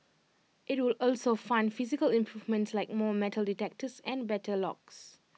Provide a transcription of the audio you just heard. IT would also fund physical improvements like more metal detectors and better locks